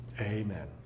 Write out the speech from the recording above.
Amen